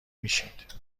میشید